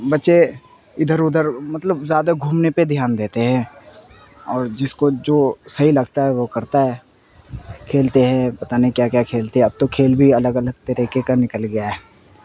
بچے ادھر ادھر مطلب زیادہ گھومنے پہ دھیان دیتے ہیں اور جس کو جو صحیح لگتا ہے وہ کرتا ہے کھیلتے ہیں پتا نہیں کیا کیا کھیلتے ہیں اب تو کھیل بھی الگ الگ طریقے کا نکل گیا ہے